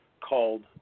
Called